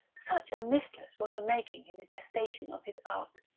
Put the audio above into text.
such a mistress was a-making in the gestation of his art.